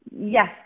Yes